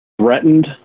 threatened